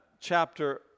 chapter